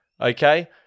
okay